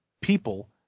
people